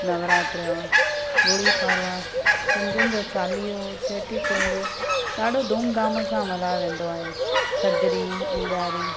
नवरात्र गुड़ी पाड़वा सिंधीयुनि जो चालींहो चेटी चंडु ॾाढो धुम धाम सां मलायो वेंदो आहे थदड़ी ऐ ॾियारी